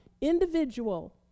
individual